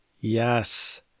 Yes